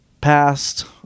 past